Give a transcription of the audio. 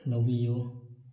ꯂꯧꯕꯤꯌꯨ